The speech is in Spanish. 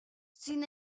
sin